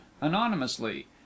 anonymously